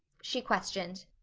she questioned.